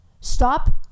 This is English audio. stop